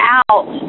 out